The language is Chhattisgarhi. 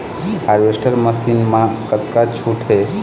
हारवेस्टर मशीन मा कतका छूट हे?